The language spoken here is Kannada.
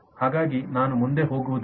ಹಾಗಾಗಿ ನಾನು ಮುಂದೆ ಹೋಗುವುದಿಲ್ಲ